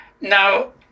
Now